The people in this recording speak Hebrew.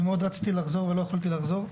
ומאוד רציתי לחזור ולא יכולתי לחזור.